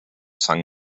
sung